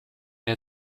der